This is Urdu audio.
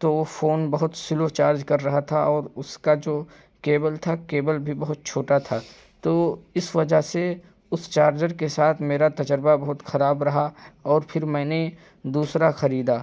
تو وہ فون بہت سلو چارج کر رہا تھا اور اس کا جو کیبل تھا کیبل بھی بہت چھوٹا تھا تو اس وجہ سے اس چارجر کے ساتھ میرا تجربہ بہت خراب رہا اور پھر میں نے دوسرا خریدا